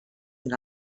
una